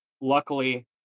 luckily